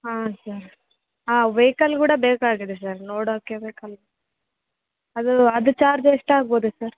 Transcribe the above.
ಹಾಂ ಸರ್ ಹಾಂ ವೈಕಲ್ ಕೂಡ ಬೇಕಾಗಿದೆ ಸರ್ ನೋಡೋಕೆ ಬೇಕಲ್ಲ ಅದು ಅದು ಚಾರ್ಜ್ ಎಷ್ಟು ಆಗ್ಬೋದು ಸರ್